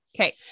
Okay